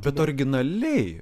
bet originaliai